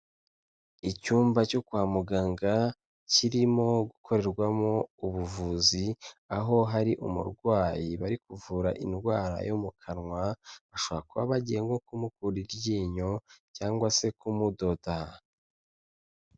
Icyumba cyo kwa muganga kirimo gukorerwamo ubuvuzi, aho hari umurwayi bari kuvura indwara yo mu kanwa, bashobora kuba bagiye nko kumukura iryinyo cyangwa se kumudoda.